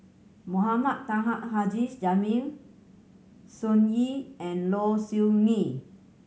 Mohamed Taha Haji Jamil Sun Yee and Low Siew Nghee